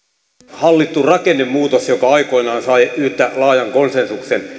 hallittu rakennemuutos joka aikoinaan sai yhtä laajan konsensuksen